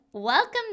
Welcome